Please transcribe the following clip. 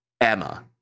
Emma